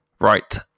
Right